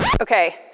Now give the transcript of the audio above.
Okay